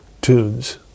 tunes